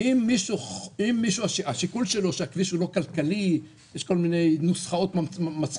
אם השיקול של מישהו שהכביש הוא לא כלכלי יש כל מיני נוסחאות מצחיקות